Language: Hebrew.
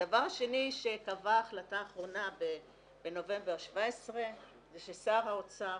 הדבר השני שתבעה ההחלטה האחרונה בנובמבר 2017 זה ששר האוצר,